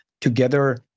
together